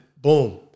boom